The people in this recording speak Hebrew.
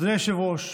אדוני היושב-ראש,